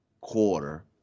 quarter